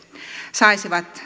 saisivat